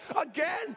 again